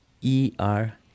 E-R